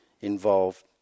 involved